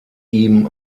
ihm